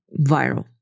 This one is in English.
viral